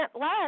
let